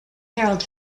harald